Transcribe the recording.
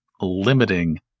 limiting